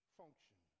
function